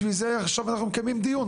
בשביל זה עכשיו אנחנו מקיימים דיון,